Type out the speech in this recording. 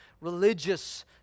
religious